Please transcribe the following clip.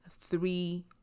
three